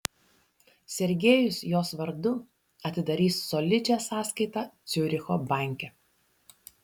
sergejus jos vardu atidarys solidžią sąskaitą ciuricho banke